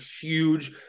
huge